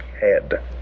head